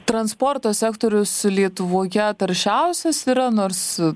transporto sektorius lietuvoje taršiausias yra nors